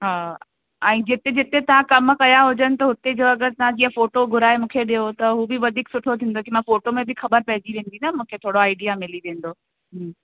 हा ऐं जिते जिते तव्हां कमु कया हुजनि त हुते जो अगरि तव्हां जीअं फ़ोटो घुराए मूंखे ॾियो त हू बि वधीक सुठो थींदो कि मां फ़ोटो में बि ख़बर पेईजी वेंदी न मूंखे थोरो आइडिया मिली वेंदो हम्म